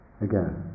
again